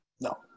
No